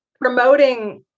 promoting